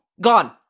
Gone